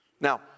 Now